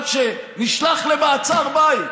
אחד שנשלח למעצר בית.